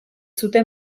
zuten